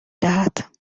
دهد